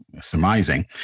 surmising